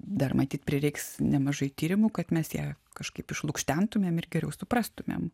dar matyt prireiks nemažai tyrimų kad mes ją kažkaip išlukštentumėm ir geriau suprastumėm